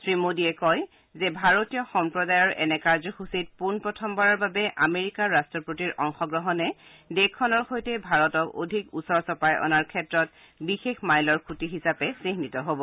শ্ৰীমোডীয়ে কয় যে ভাৰতীয় সম্প্ৰদায়ৰ এনে কাৰ্যসূচীত পোনপ্ৰথমবাৰৰ বাবে আমেৰিকাৰ ৰাষ্ট্ৰপতিৰ অংশগ্ৰহণে দেশখনৰ সৈতে ভাৰতক অধিক ওচৰ চপাই অনাৰ ক্ষেত্ৰত বিশেষ মাইলৰ খুটি হিচাপে চিহ্নিত হব